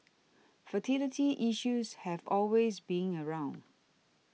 fertility issues have always been around